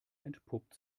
entpuppt